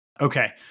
Okay